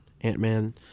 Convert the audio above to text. Ant-Man